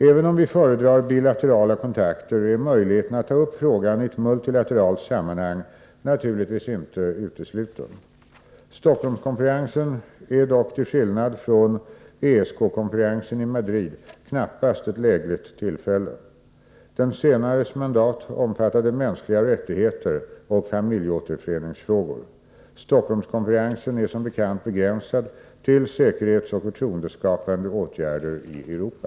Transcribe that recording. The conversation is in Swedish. Även om vi föredrar bilaterala kontakter är möjligheten att ta upp frågan i ett multilateralt sammanhang naturligtvis inte utesluten. Stockholmskonferensen är dock, till skillnad från ESK-konferensen i Madrid, knappast ett lägligt tillfälle. Den senares mandat omfattade mänskliga rättigheter och familjeåterföreningsfrågor. Stockholmskonferensen är som bekant begränsad till säkerhetsoch förtroendeskapande åtgärder i Europa.